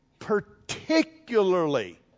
particularly